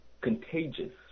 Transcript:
contagious